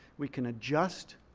we can adjust.